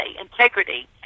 integrity